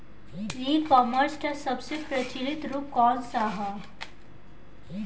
ई कॉमर्स क सबसे प्रचलित रूप कवन सा ह?